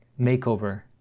makeover